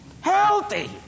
healthy